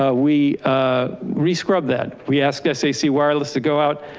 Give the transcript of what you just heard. ah we ah re scrubbed that we asked stacy wireless to go out,